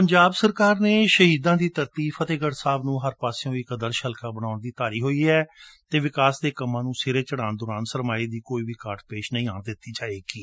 ਪੰਜਾਬ ਸਰਕਾਰ ਨੇ ਸ਼ਹੀਦਾਂ ਦੀ ਧਰਤੀ ਫਤਿਹਗੜੁ ਸਾਹਿਬ ਨੂੰ ਹਰ ਪਾਸਿਓ ਇਕ ਆਦਰਸ਼ ਹਲਕਾ ਬਣਾਉਣ ਦੀ ਧਾਰੀ ਹੋਈ ਹੈ ਅਤੇ ਵਿਕਾਸ ਦੇ ਕੰਮਾਂ ਨੂੰ ਸਿਰੇ ਚੜ੍ਹਾਉਣ ਦੌਰਾਨ ਸਰਮਾਏ ਦੀ ਕੋਈ ਵੀ ਘਾਟ ਪੇਸ਼ ਨਹੀ ਆਉਣ ਦਿੱਤੀ ਜਾਵੇਗੀ